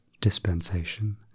dispensation